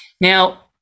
Now